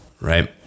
Right